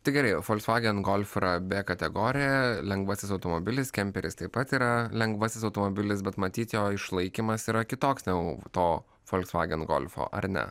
tai gerai o volksvagen golf yra b kategorija lengvasis automobilis kemperis taip pat yra lengvasis automobilis bet matyt jo išlaikymas yra kitoks negu to volksvagen golfo ar ne